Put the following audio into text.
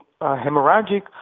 hemorrhagic